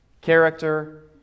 character